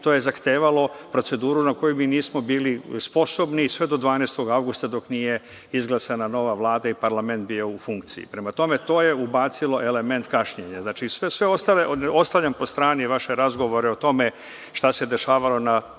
to je zahtevalo proceduru na koju mi nismo bili sposobni sve do 12. avgusta dok nije izglasana nova Vlada i parlament bio u funkciji. Prema tome, to je ubacilo element kašnjenja. Znači, sve ostalo ostavljam po strani, vaše razgovore o tome šta se dešavalo na